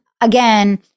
Again